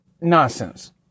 nonsense